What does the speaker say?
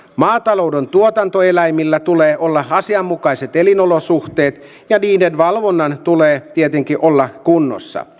maatalouden tuotantoeläimillä tulee olla asianmukaiset elinolosuhteet ja niiden valvonnan tulee tietenkin olla kunnossa